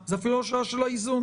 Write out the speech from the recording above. זו אפילו לא שאלה של האיזון.